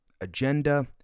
agenda